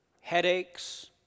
headaches